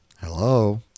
Hello